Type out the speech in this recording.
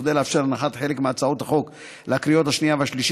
וכדי לאפשר הנחת חלק מהצעת החוק לקריאות השנייה והשלישית,